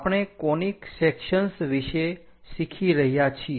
આપણે conic sections વિશે શીખી રહ્યા છીએ